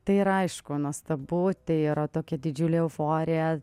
tai yra aišku nuostabu tai yra tokia didžiulė euforija